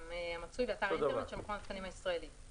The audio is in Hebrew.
המצוי באתר האינטרנט של מכון התקנים הישראלי אותו דבר.